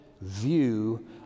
view